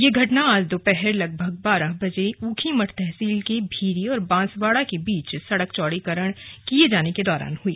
यह घटना आज दोपहर लगभग बारह बजे ऊखीमठ तहसील के भीरी और बांसवाडा के बीच सड़क चौड़ीकरण किये जाने के दौरान हुई